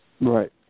Right